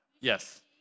Yes